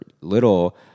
little